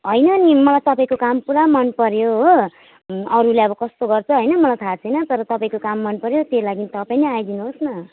होइन नि मलाई तपाईँको काम पुरा मनपर्यो हो अरूले अब कस्तो गर्छ होइन मलाई थाहा छैन तर तपाईँको काम मनपर्यो त्यही लागि तपाईँ नै आइदिनुहोस् न